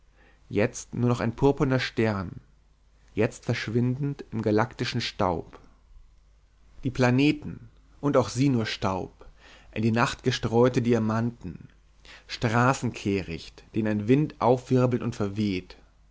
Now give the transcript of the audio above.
jetzt nur noch ein purpurner stern jetzt verschwindend im galaktischen staub die planeten und auch sie nur staub in die nacht gestreute diamanten straßenkehricht den ein wind aufwirbelt und verweht